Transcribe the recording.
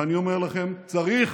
ואני אומר לכם, צריך